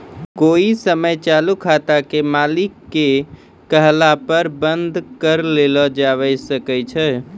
कोइ समय चालू खाते के मालिक के कहला पर बन्द कर लो जावै सकै छै